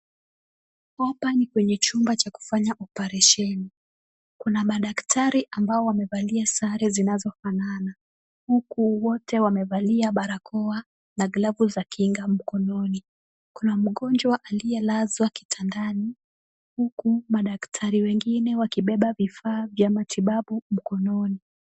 Hapa ni kwenye chumba cha kufanya oparesheni, kuna madaktari ambao wamevalia sare zinazofanana, huku wote wamevalia barakoa na glavu za kinga mkononi. Kuna mgonjwa aliyelazwa kitandani huku madaktari wengine wakibeba vifaa vya matibabu mkononi.